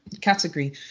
category